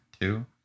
two